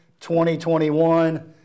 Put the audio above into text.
2021